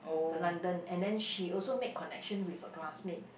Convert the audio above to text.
the London and then she also made connection with her classmate